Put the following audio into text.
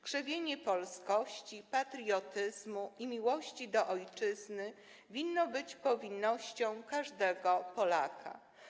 Krzewienie polskości, patriotyzmu i miłości do ojczyzny winno być powinnością każdego Polaka.